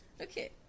Okay